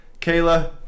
Kayla